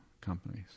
companies